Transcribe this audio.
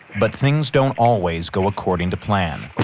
but things don't always go according to plan.